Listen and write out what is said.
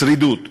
שרידות.